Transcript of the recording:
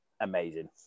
amazing